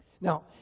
Now